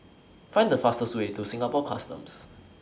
Find The fastest Way to Singapore Customs